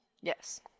Yes